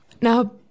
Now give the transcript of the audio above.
Now